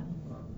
ah